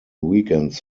weekends